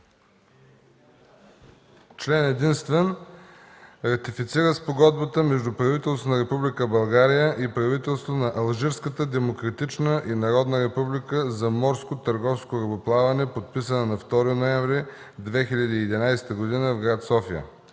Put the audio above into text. Член единствен. Ратифицира Спогодбата между правителството на Република България и правителството на Алжирската демократична и народна република за морско търговско корабоплаване, подписана на 2 ноември 2011 г. в София.